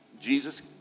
Jesus